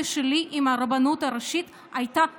שלי עם הרבנות הראשית הייתה נוראית.